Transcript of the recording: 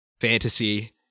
fantasy